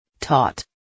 Taught